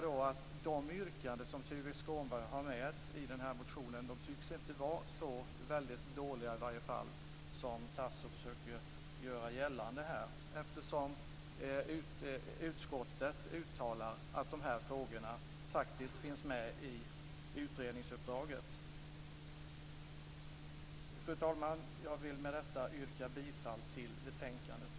De yrkanden som Tuve Skånberg har med i den här motionen tycks inte vara så väldigt dåliga som Tasso Stafilidis försöker göra gällande, eftersom utskottet uttalar att de här frågorna faktiskt finns med i utredningsuppdraget. Fru talman! Jag vill med detta yrka bifall till hemställan i betänkandet.